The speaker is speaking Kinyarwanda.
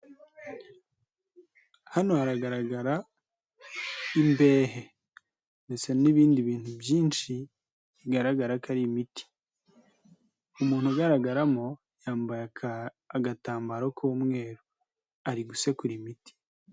Hano haragaragara imbehe ndetsesa n'ibindi bintu byinshi bigaragara ko ari imiti, umuntu ugaragaramo yambaye agatambaro k'umweru ari gusekura imiti.